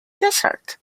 desert